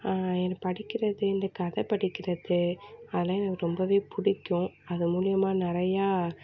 எனக்கு படிக்கிறது இந்த கதை படிக்கிறது அதுலெலாம் எனக்கு ரொம்பவே பிடிக்கும் அது மூலிமா நிறையா